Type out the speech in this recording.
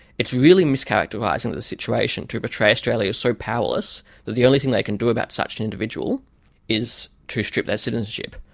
it's really mischaracterising the the situation to portray australia as so powerless that the only thing they can do about such an individual is to strip their citizenship.